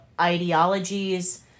ideologies